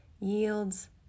yields